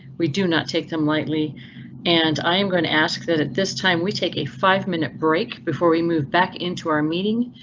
we do not take them lightly and i'm going to ask that at this time we take a five minute break before we move back into our meeting